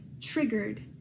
triggered